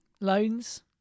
loans